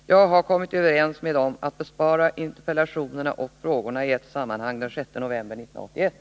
Jag har kommit överens med dem att besvara interpellationerna och frågorna den 6 november 1981.